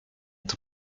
two